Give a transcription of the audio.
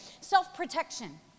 Self-protection